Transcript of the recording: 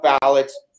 ballots